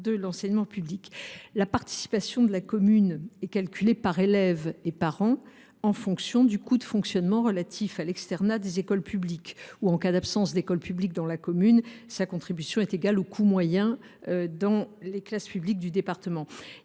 La participation de la commune est calculée par élève et par an, en fonction du coût de fonctionnement relatif à l’externat des écoles publiques ; en cas d’absence d’école publique dans la commune, sa contribution est égale au coût moyen dans les classes publiques du département.